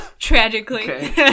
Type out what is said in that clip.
Tragically